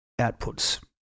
outputs